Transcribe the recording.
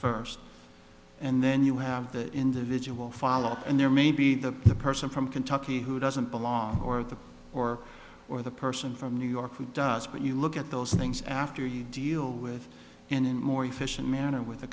first and then you have the individual follow up and there may be the the person from kentucky who doesn't belong or the or or the person from new york who does but you look at those things after you deal with in a more efficient manner with